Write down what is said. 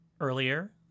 earlier